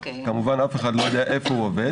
כמובן אף אחד לא יודע איפה הוא עובד,